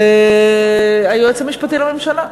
זה היועץ המשפטי לממשלה.